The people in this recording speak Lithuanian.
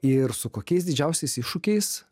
ir su kokiais didžiausiais iššūkiais